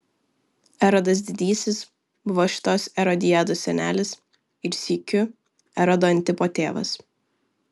erodas didysis buvo šitos erodiados senelis ir sykiu erodo antipo tėvas